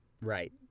Right